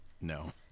No